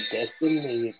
Destiny